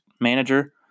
manager